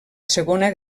segona